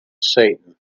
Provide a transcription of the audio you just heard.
satan